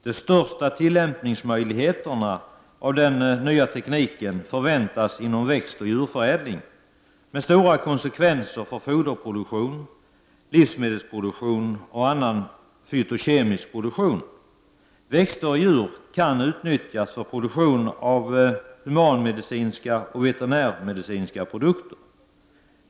De största möjligheterna till tillämpning av den nya tekniken förväntas inom växtoch djurförädling, med stora konsekvenser för foderproduktion, livsmedelsproduktion och annan fytokemisk produktion. Växter och djur kan utnyttjas för framställning av humanmedicinska och veterinärmedicinska produkter.